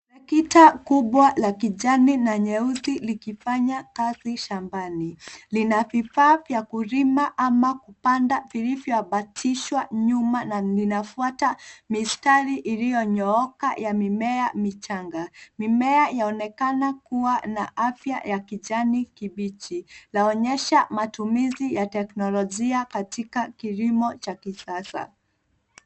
Trekita kibwa la kijani na nyeusi likifanya kazi shambani. Lina vifaa vya kulima ama kupanda vilivyoambatishwa nyuma na linafuata mistari iliyonyooka ya miemea michanga. Mimea yaonekana kuwa na afya ya kijani kibichi. Laonyesha matumizi ya teknolojia katika kilimo cha kisasa.